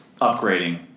upgrading